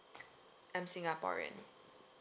I'm singaporean